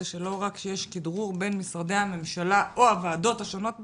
זה שלא רק שיש כדרור בין משרדי הממשלה או הוועדות השונות בכנסת,